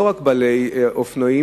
לא רק בעלי אופנועים.